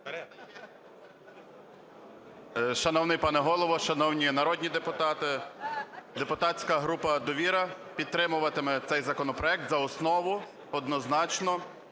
Шановний пане Голово, шановні народні депутати, депутатська група "Довіра" підтримуватиме цей законопроект за основу однозначно.